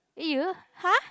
!eeyer! !huh!